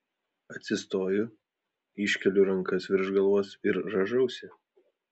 atsistoju iškeliu rankas virš galvos ir rąžausi